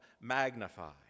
magnify